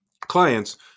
clients